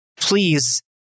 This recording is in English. please